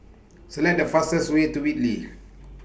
Select The fastest Way to Whitley